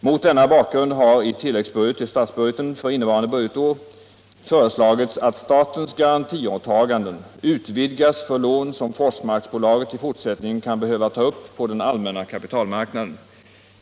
Mot denna bakgrund har i tilläggsbudget till statsbudgeten för innevarande budgetår föreslagits att statens garantiåtaganden utvidgas för lån som Forsmarksbolaget i fortsättningen kan behöva ta upp på den allmänna kapitalmarknaden.